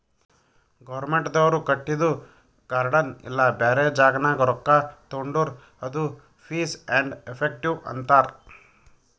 ಗೌರ್ಮೆಂಟ್ದವ್ರು ಕಟ್ಟಿದು ಗಾರ್ಡನ್ ಇಲ್ಲಾ ಬ್ಯಾರೆ ಜಾಗನಾಗ್ ರೊಕ್ಕಾ ತೊಂಡುರ್ ಅದು ಫೀಸ್ ಆ್ಯಂಡ್ ಎಫೆಕ್ಟಿವ್ ಅಂತಾರ್